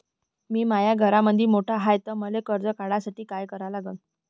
मी माया घरामंदी मोठा हाय त मले कर्ज काढासाठी काय करा लागन?